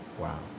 Wow